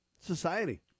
society